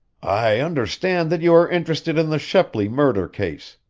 i understand that you are interested in the shepley murder case,